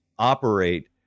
operate